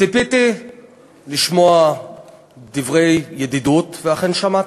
ציפיתי לשמוע דברי ידידות, ואכן שמעתי,